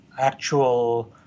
actual